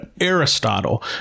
Aristotle